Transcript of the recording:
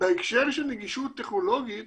בהקשר של נגישות טכנולוגית